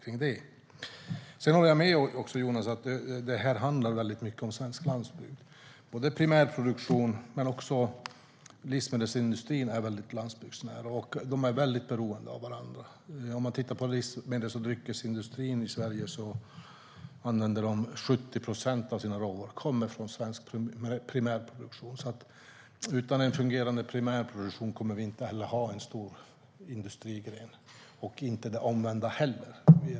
Jag håller med om, Jonas, att det här handlar väldigt mycket om svensk landsbygd. Det handlar om primärproduktion, men också om den landsbygdsnära livsmedelsindustrin. De är väldigt beroende av varandra. I livsmedels och dryckesindustrin i Sverige kommer 70 procent av deras råvaror från svensk primärproduktion. Utan en fungerande primärproduktion kommer vi inte att ha en stor industrigren, och inte heller det omvända.